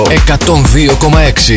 102.6